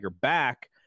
back